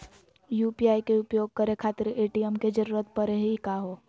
UPI के उपयोग करे खातीर ए.टी.एम के जरुरत परेही का हो?